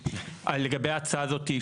לגבי ההצעה הזאת,